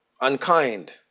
Unkind